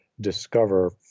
discover